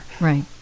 right